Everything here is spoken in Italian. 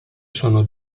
sono